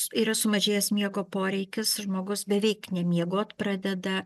yra sumažėjęs miego poreikis žmogus beveik nemiegot pradeda